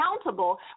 accountable